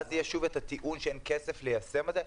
ואז יהיה שוב את הטיעון שאין כסף ליישם את זה.